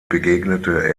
begegnete